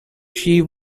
she